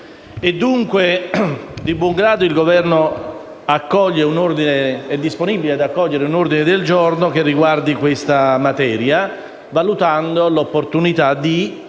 Dunque, di buon grado il Governo è disponibile ad accogliere un ordine del giorno che riguardi questa materia, valutando l’opportunità di